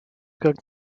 как